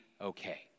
okay